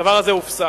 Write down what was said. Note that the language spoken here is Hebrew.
הדבר הזה הופסק.